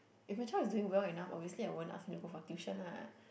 if my child is doing well enough obviously I won't ask him to go for tuition lah